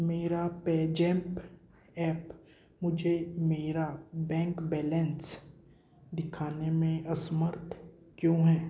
मेरा PayZapp app मुझे मेरा बैंक बैलेंस दिखाने में असमर्थ क्यों है